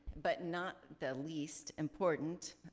but not the least important,